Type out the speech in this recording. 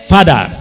Father